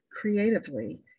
creatively